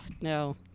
no